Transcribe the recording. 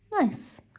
Nice